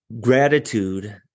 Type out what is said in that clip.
gratitude